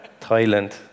Thailand